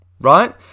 right